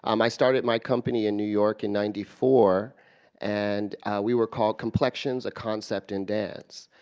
um i started my company in new york in ninety four and we were called complexions a concept in dance.